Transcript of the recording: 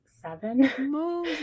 seven